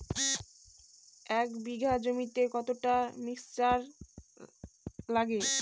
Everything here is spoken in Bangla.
এক বিঘা জমিতে কতটা মিক্সচার সার লাগে?